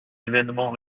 événements